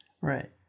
Right